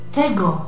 tego